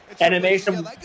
animation